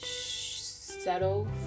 settle